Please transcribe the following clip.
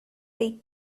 they